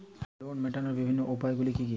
Loan মেটানোর বিভিন্ন উপায়গুলি কী কী?